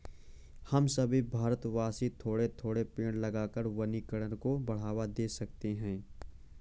हम सभी भारतवासी थोड़े थोड़े पेड़ लगाकर वनीकरण को बढ़ावा दे सकते हैं